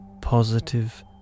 positive